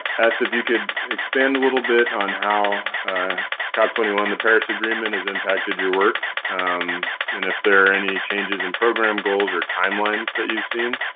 if you could expand a little bit on how cop twenty one, the paris agreement, has impacted your work and if there are any changes in program goals or timelines that you've seen,